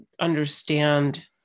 understand